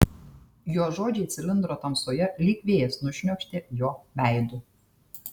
jo žodžiai cilindro tamsoje lyg vėjas nušniokštė jo veidu